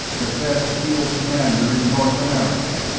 the best field commander in north america.